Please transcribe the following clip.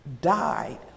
died